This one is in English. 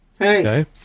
okay